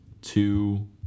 two